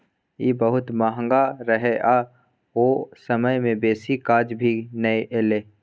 ई बहुत महंगा रहे आ ओ समय में बेसी काज भी नै एले